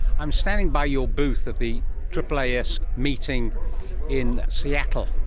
i'm standing by your booth at the aaas meeting in seattle,